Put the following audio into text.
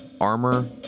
armor